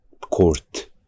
court